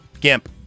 Gimp